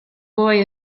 boy